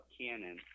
canon